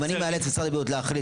אם אני מאלץ את משרד הבריאות להחליט